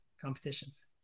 competitions